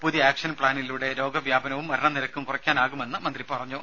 പുതിയ ആക്ഷൻ പ്ലാനിലൂടെ രോഗവ്യാപനവും മരണനിരക്കും കുറയ്ക്കാനാകുമെന്ന് മന്ത്രി പറഞ്ഞു